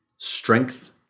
Strength